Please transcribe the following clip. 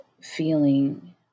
feeling